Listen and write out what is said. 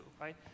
Right